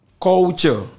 culture